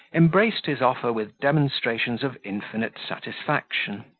embraced his offer with demonstrations of infinite satisfaction.